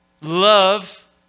Love